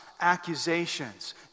accusations